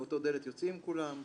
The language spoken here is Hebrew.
באותה דלת יוצאים כולם.